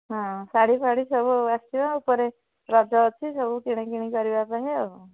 ହଁ ଶାଢ଼ୀ ଫାଡ଼ି ସବୁ ଆସିବ ପରେ ରଜ ଅଛି ସବୁ କିଣା କିଣି କରିବା ପାଇଁ ଆଉ